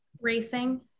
Racing